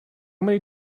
many